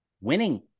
winning